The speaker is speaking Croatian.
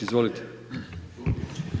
Izvolite.